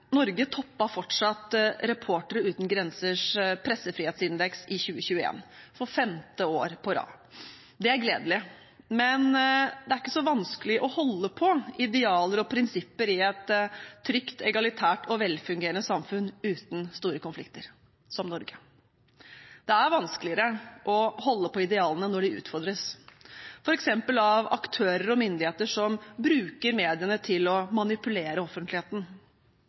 Norge toppet fortsatt Reportere uten grensers pressefrihetsindeks i 2021, for femte år på rad. Det er gledelig. Men det er ikke så vanskelig å holde på idealer og prinsipper i et trygt, egalitært og velfungerende samfunn uten store konflikter – som Norge. Det er vanskeligere å holde på idealene når de utfordres, f.eks. av aktører og myndigheter som bruker mediene til å manipulere offentligheten.